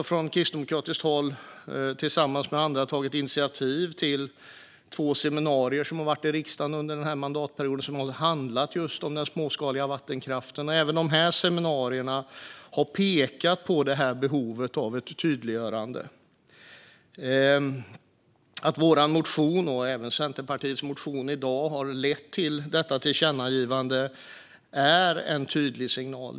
Från kristdemokratiskt håll har vi också, tillsammans med andra, tagit initiativ till två seminarier som hållits i riksdagen under mandatperioden. De har handlat om just den småskaliga vattenkraften, och även dessa seminarier har pekat på behovet av ett tydliggörande. Att vår motion, och även Centerpartiets motion, har lett till detta tillkännagivande i dag är en tydlig signal.